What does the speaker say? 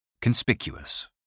Conspicuous